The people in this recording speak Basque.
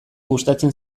gustatzen